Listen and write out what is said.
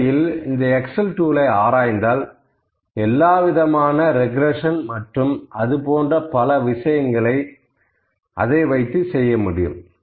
உண்மையில் இந்த எக்ஸெல் டூலை ஆராய்ந்தால் எல்லாவிதமான ரெக்ரெஷன் மற்றும் அதுபோன்ற பல விஷயங்களை அதை வைத்து செய்ய முடியும்